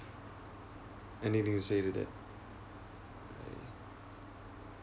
anything to say to that